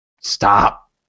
stop